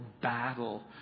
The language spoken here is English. battle